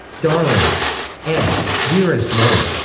darling and dearest one,